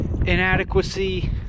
inadequacy